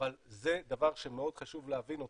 אבל זה דבר שמאוד חשוב להבין אותו,